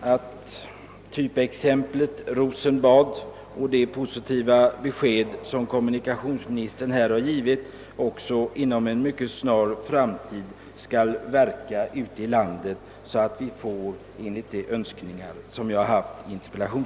att typexemplet Rosenbad och det positiva besked, som kommunikationsministern nu givit, inom en mycket snar framtid skall leda till åtgärder i enlighet med de önskemål som jag framfört i min interpellation.